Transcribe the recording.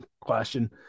question